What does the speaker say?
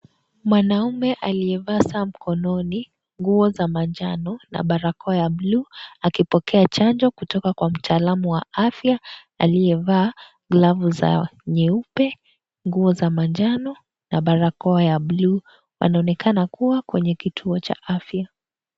Mwanamme aliyevaa saa mkononi, nguo za manjano na barakoa ya buluu akipokea chanjo kutoka kwa mtaalamu wa afya aliyevaa glavu za nyeupe, nguo za manjano na barakoa ya buluu. Wanaonekana kuwa kwenye kituo cha afya.